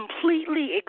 completely